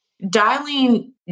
dialing